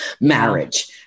marriage